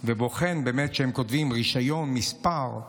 ובוחן באמת שהם כותבים: רישיון מספר,